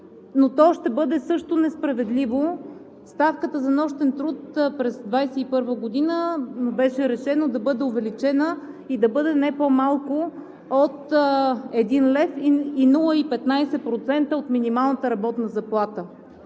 но то ще бъде също несправедливо. Ставката за нощен труд през 2021 г. беше решено да бъде увеличена и да бъде не по-малко от един лев и 0,15% от минималната работна заплата.